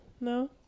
no